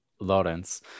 Lawrence